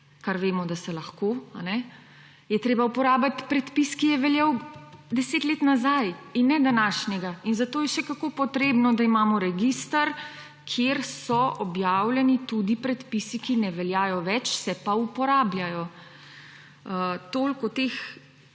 kar vemo, da se lahko, je treba uporabiti predpis, ki je veljal 10 let nazaj in ne današnjega. Zato je še kako potrebno, da imamo register, kjer so objavljeni tudi predpisi, ki ne veljajo več, se pa uporabljajo. Toliko o teh